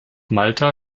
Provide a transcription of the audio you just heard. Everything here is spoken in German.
malta